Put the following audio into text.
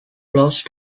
close